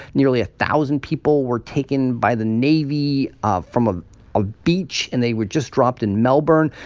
nearly a thousand people were taken by the navy ah from ah a beach. and they were just dropped in melbourne.